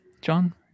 John